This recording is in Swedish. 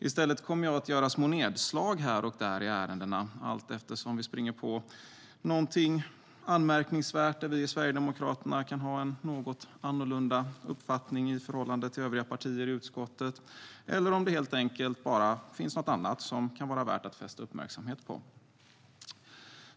I stället kommer jag att göra små nedslag här och där i ärendena allteftersom vi springer på något anmärkningsvärt där vi i Sverigedemokraterna kan ha en något annorlunda uppfattning i förhållande till övriga partier i utskottet, eller om det är något annat som är värt att fästa uppmärksamhet på.